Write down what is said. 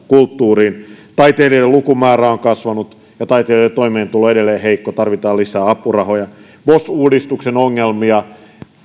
kulttuuriin taiteilijoiden lukumäärä on on kasvanut ja taiteilijoiden toimeentulo on edelleen heikko tarvitaan lisää apurahoja vos uudistuksen ongelmia